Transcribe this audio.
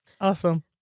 Awesome